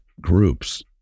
groups